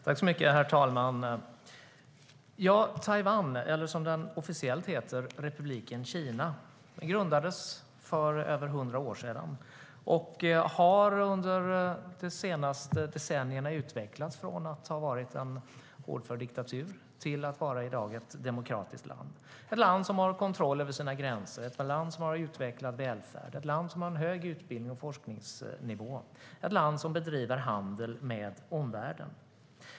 Herr talman! Taiwan eller, som det officiellt heter, Republiken Kina grundades för över 100 år sedan och har under de senaste decennierna utvecklats från att ha varit en hårdför diktatur till att i dag vara ett demokratiskt land. Det är ett land som har kontroll över sina gränser. Det är ett land som har en utvecklad välfärd. Det är ett land som har en hög utbildnings och forskningsnivå. Det är ett land som bedriver handel med omvärlden.